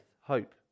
hope